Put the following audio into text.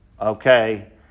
Okay